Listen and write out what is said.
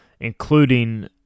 including